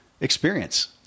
experience